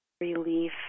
relief